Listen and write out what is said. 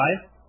Five